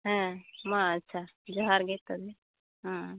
ᱦᱮᱸ ᱢᱟ ᱟᱪᱪᱷᱟ ᱡᱚᱦᱟᱨᱜᱮ ᱛᱚᱵᱮ ᱦᱮᱸ